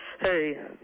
Hey